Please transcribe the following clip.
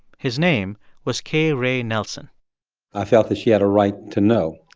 his name was k. ray nelson i felt that she had a right to know.